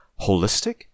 Holistic